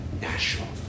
national